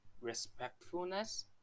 respectfulness